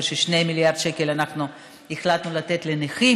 ש-2 מיליארד שקל אנחנו החלטנו לתת לנכים,